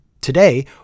Today